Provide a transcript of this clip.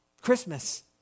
christmas